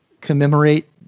commemorate